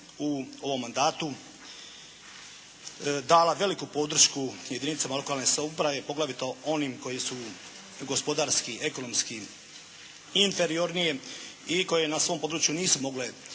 u ovom mandatu dala veliku podršku jedinicama lokalne samouprave, poglavito onim koji su gospodarski, ekonomski inferiorniji i koje na svom području nisu mogle